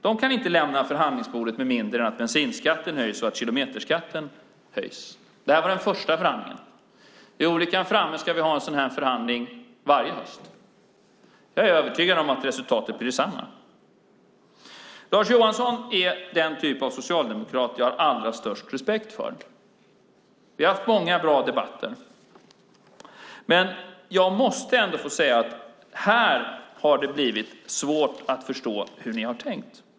De kan inte lämna förhandlingsbordet med mindre än att bensinskatten och kilometerskatten höjs. Det här var den första förhandlingen. Är olyckan framme ska vi ha en sådan här förhandling varje höst. Jag är övertygad om att resultatet blir detsamma. Lars Johansson är den typ av socialdemokrat jag har allra störst respekt för. Vi har haft många bra debatter. Dock måste jag säga att här har det blivit svårt att förstå hur ni har tänkt.